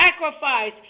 sacrifice